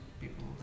people